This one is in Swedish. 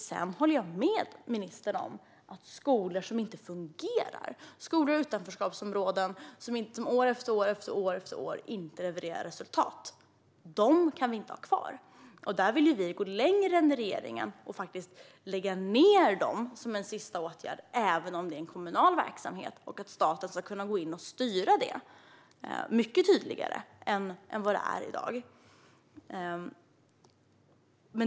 Jag håller med ministern om att vi inte kan ha kvar skolor som inte fungerar - skolor i utanförskapsområden som år efter år inte levererar resultat. Där vill vi gå längre än regeringen och faktiskt lägga ned dessa skolor, som en sista åtgärd, även om det är en kommunal verksamhet. Vi vill att staten ska kunna gå in och styra detta mycket tydligare än vad som är fallet i dag.